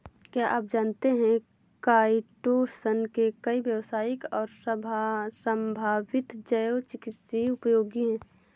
क्या आप जानते है काइटोसन के कई व्यावसायिक और संभावित जैव चिकित्सीय उपयोग हैं?